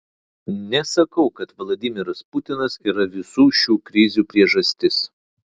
nesakau kad vladimiras putinas yra visų šių krizių priežastis